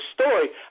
story